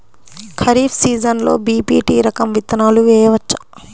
ఖరీఫ్ సీజన్లో బి.పీ.టీ రకం విత్తనాలు వేయవచ్చా?